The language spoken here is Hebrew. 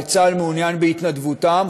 וצה"ל מעוניין בהתנדבותם,